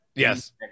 Yes